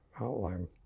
outline